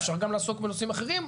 אפשר גם לעסוק בנושאים אחרים.